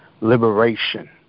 liberation